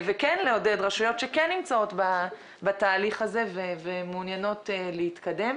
וכן לעודד רשויות שנמצאות בתהליך הזה ומעוניינות להתקדם.